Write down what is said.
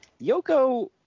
Yoko